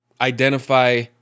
identify